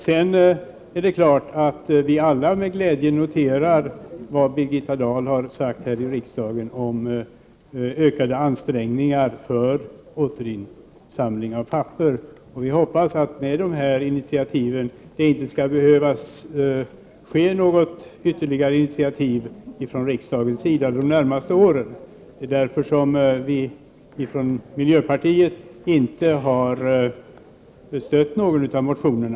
Vi noterar naturligtvis alla med glädje vad Birgitta Dahl har sagt i riksdagen om ökade ansträngningar för återinsamling av papper. Vi hoppas att det med dessa initiativ inte skall behövas några ytterligare uttalanden från riksdagens sida de närmaste åren. Därför har vi i miljöpartiet inte stött någon av motionerna.